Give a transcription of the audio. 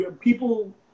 people